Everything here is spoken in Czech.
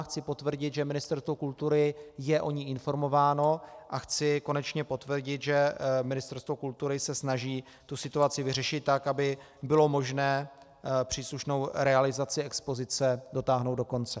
Chci potvrdit, že Ministerstvo kultury je o ní informováno, a chci konečně potvrdit, že Ministerstvo kultury se snaží situaci vyřešit tak, aby bylo možné příslušnou realizaci expozice dotáhnout do konce.